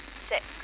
six